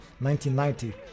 1990